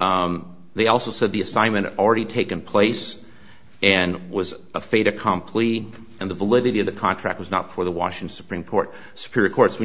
they also said the assignment already taken place and was a fait accompli and the validity of the contract was not for the washing supreme court spirit courts when you